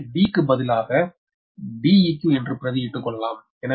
எனவே d க்கு பதிலாக Deq என்று பிரதியிட்டு கொள்ளலாம்